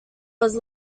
was